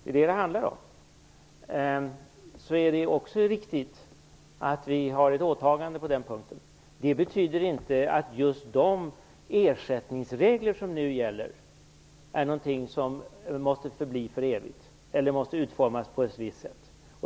Det är vad det handlar om. Det är också riktigt att vi har ett åtagande på den punkten. Det betyder inte att just de ersättningsregler som nu gäller är någonting som måste förbli för evigt eller måste utformas på ett visst sätt.